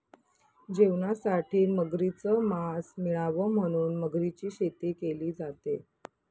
जेवणासाठी मगरीच मास मिळाव म्हणून मगरीची शेती केली जाते